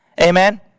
Amen